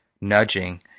nudging